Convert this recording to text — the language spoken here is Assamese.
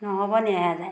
নহ'ব নি এহেজাৰে